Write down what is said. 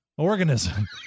Organism